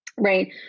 Right